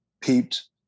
peeped